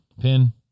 Pin